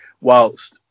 whilst